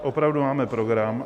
Opravdu máme program.